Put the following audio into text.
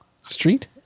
Street